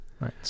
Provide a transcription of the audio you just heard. Right